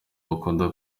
bakunda